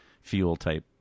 fuel-type